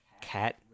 cat